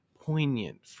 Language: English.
poignant